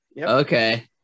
Okay